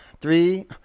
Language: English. Three